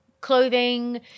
clothing